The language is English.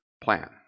plan